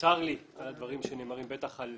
לי על הדברים שנאמרים, בטח על